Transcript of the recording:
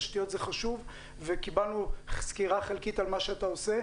תשתיות זה חשוב וקיבלנו סקירה חלקית על מה שאתה עושה